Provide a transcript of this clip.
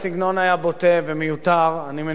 אני מניח שאני לא הייתי משתמש בסגנון כזה.